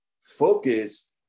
focus